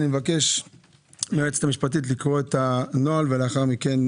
אני מבקש מהיועצת המשפטית להקריא את הנוהל ולאחר מכן,